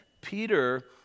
Peter